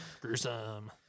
gruesome